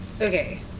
okay